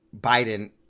Biden